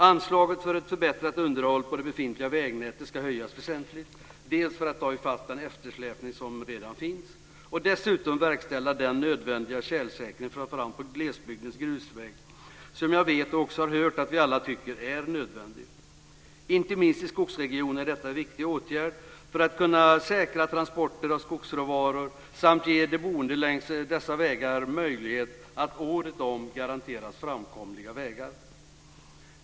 Anslaget för ett förbättrat underhåll av det befintliga vägnätet ska höjas väsentligt för att ta i fatt den eftersläpning som redan finns och dessutom för att verkställa den nödvändiga tjälsäkring framför allt på glesbygdens grusvägnät som jag vet och också har hört att vi alla tycker är nödvändig. Inte minst i skogsregionerna är detta en viktig åtgärd för att kunna säkra transporter av skogsråvaror och ge de boende längs dessa vägar möjlighet att året om garanteras framkomliga vägar.